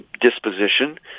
disposition